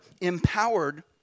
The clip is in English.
empowered